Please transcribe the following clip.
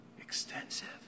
Extensive